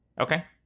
Okay